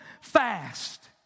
fast